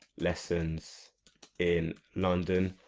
lessons in london,